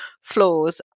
flaws